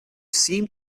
seem